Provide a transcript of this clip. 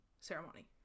ceremony